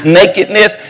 nakedness